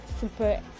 super